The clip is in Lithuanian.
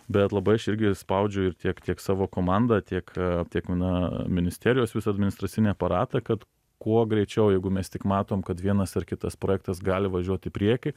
bet labai aš irgi spaudžiu ir tiek tiek savo komandą tiek tiek na ministerijos visą administracinį aparatą kad kuo greičiau jeigu mes tik matom kad vienas ar kitas projektas gali važiuot į priekį